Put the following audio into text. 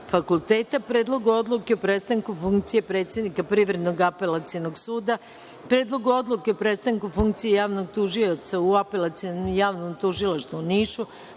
fakulteta, Predlogu odluke o prestanku funkcije predsednika Privrednog apelacionog suda, Predlogu odluke o prestanku funkcije javnog tužioca u Apelacionom javnom tužilaštvu u Nišu,